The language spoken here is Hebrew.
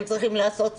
הם צריכים לעשות ספורט,